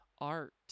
art